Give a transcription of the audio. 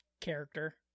character